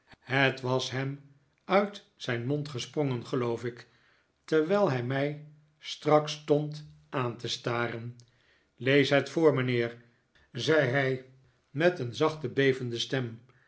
het was hem uit ziin mond gesprongen geloof ik terwijl hij mij strak stond aan te staren lees het voor mijnheer zei hij met een zachte bevende stem